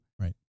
Right